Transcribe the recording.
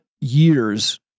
years